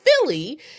Philly